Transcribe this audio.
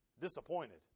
disappointed